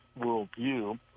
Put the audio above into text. worldview